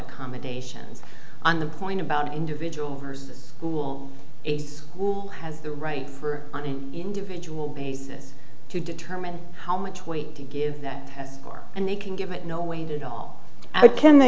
accommodations on the point about individual versus school a school has the right for on an individual basis to determine how much weight to give that car and they can give it no weighted all i can they